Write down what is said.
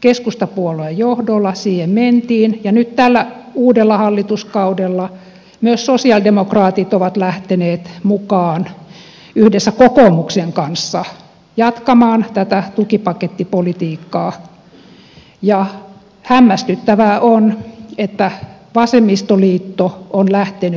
keskustapuolueen johdolla siihen mentiin ja nyt tällä uudella hallituskaudella myös sosialidemokraatit ovat lähteneet mukaan yhdessä kokoomuksen kanssa jatkamaan tätä tukipakettipolitiikkaa ja hämmästyttävää on että vasemmistoliitto on lähtenyt mukaan